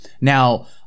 Now